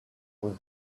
with